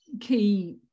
key